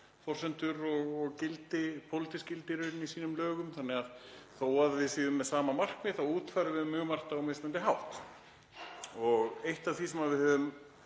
forsendur og pólitísk gildi í sínum lögum. Þó að við séum með sama markmið þá útfærum við mjög margt á mismunandi hátt. Eitt af því sem við höfum